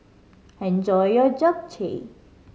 enjoy your Japchae